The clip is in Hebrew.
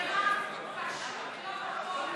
מרב, פשוט לא נכון,